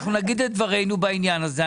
אנחנו נגיד את דברינו בעניין הזה.